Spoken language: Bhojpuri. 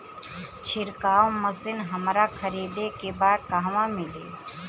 छिरकाव मशिन हमरा खरीदे के बा कहवा मिली?